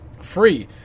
Free